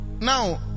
Now